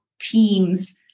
teams